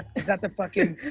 is that the fucking,